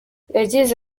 yagize